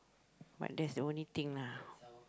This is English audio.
but that's the only thing lah